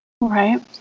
Right